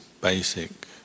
basic